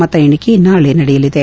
ಮತಎಣಿಕೆ ನಾಳೆ ನಡೆಯಲಿದೆ